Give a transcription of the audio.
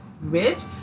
rich